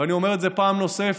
ואני אומר את זה פעם נוספת,